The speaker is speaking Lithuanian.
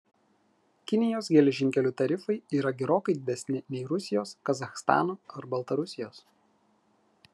kinijos geležinkelių tarifai yra gerokai didesni nei rusijos kazachstano ar baltarusijos